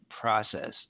process